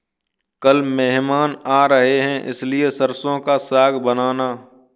कल मेहमान आ रहे हैं इसलिए सरसों का साग बनाना